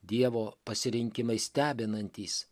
dievo pasirinkimai stebinantys